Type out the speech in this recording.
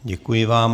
Děkuji vám.